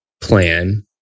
plan